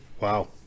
Wow